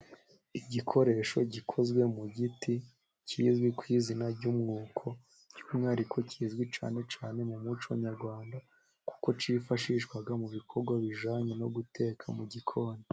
Igikoresho gikozwe mu giti kizwi kw'izina ry'umwuko, by'umwihariko kizwi cyane cyane mu muco nyarwanda kuko cyifashishwa mu bikorwa bijyanye no guteka mu gikoni.